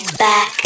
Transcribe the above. back